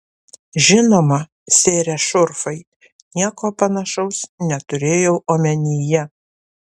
žinoma sere šurfai nieko panašaus neturėjau omenyje